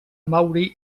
mauri